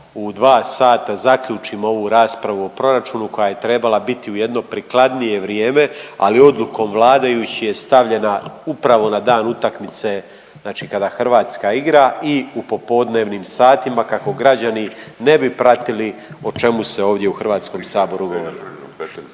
u dva sata zaključimo ovu raspravu o proračunu koja je trebala biti u jedno prikladnije vrijeme ali odlukom vladajućih je stavljena upravo na dan utakmice, znači kada Hrvatska igra i u popodnevnim satima kako građani ne bi pratili o čemu se ovdje u Hrvatskom saboru govori.